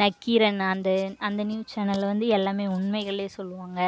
நக்கீரன் அந்த அந்த நியூஸ் சேனலில் வந்து எல்லாம் உண்மைகளை சொல்வாங்க